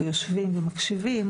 ויושבים ומקשיבים,